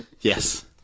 Yes